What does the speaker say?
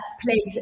played